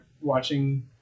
watching